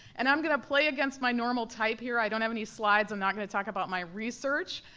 and i'm gonna play against my normal type here, i don't have any slides, i'm not gonna talk about my research.